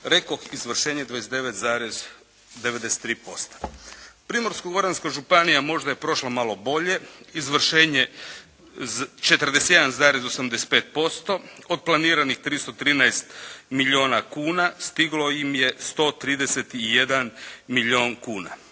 Rekoh izvršenje 29,93%. Primorsko-Goranska županija možda je prošla malo bolje. Izvršenje 41,85%. Od planiranih 313 milijuna kuna stiglo im je 131 milijun kuna.